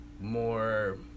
more